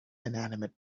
inanimate